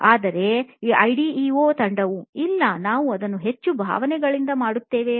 ಆದರೆ ಐಡಿಇಯೊ ತಂಡವು ಇಲ್ಲ ನಾವು ಅದನ್ನು ಹೆಚ್ಚು ಭಾವನೆಗಳಿಂದ ಮಾಡುತ್ತೇವೆ ಎಂದು ಹೇಳಿದರು